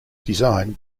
designed